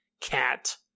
Cat